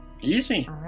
Easy